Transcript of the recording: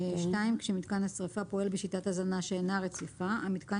כשמיתקן השריפה פועל בשיטת הזנה שאינה רציפה המיתקן